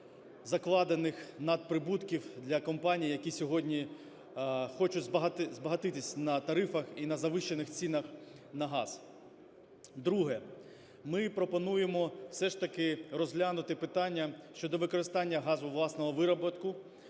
закладених надприбутків для компаній, які сьогодні хочуть збагатитися на тарифах і на завищених цінах на газ. Друге. Ми пропонуємо все ж таки розглянути питання щодо використання газу власного видобутку